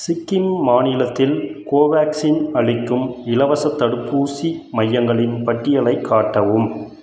சிக்கிம் மாநிலத்தில் கோவேக்சின் அளிக்கும் இலவசத் தடுப்பூசி மையங்களின் பட்டியலைக் காட்டவும்